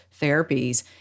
therapies